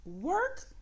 Work